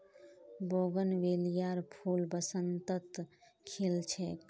बोगनवेलियार फूल बसंतत खिल छेक